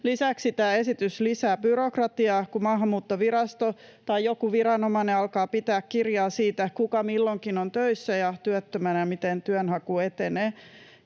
Lisäksi tämä esitys lisää byrokratiaa, kun Maahanmuuttovirasto tai joku viranomainen alkaa pitää kirjaa siitä, kuka milloinkin on töissä ja työttömänä ja miten työnhaku etenee.